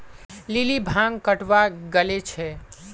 lily भांग कटावा गले छे